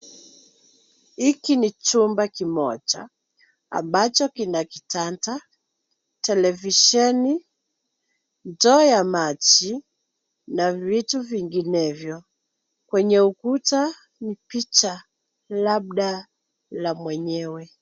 Hiki ni chumba kimoja, ambacho kina kitanda, televisheni, ndoo ya maji, na vitu vinginevyo. Kwenye ukuta, ni picha, labda la mwenyewe.